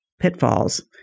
pitfalls